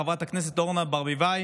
חברת הכנסת אורנה ברביבאי,